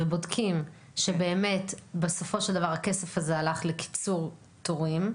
ובודקים שבאמת בסופו של דבר הכסף הזה הלך לקיצור תורים.